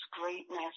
greatness